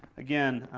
again,